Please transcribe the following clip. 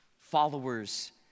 followers